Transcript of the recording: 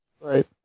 right